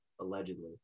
allegedly